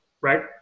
right